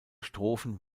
strophen